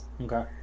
okay